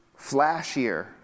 flashier